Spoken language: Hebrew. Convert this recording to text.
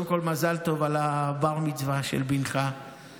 קודם כול מזל טוב על בר-המצווה של בנך השבוע.